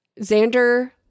xander